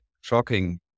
shocking